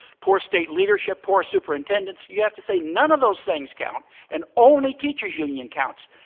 poor state leadership, poor superintendent. you have to say none of those things count and only teachers union counts.